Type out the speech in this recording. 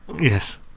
Yes